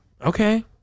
Okay